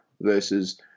versus